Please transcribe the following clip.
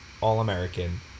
All-American